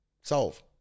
Solve